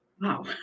Wow